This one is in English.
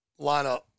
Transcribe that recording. lineup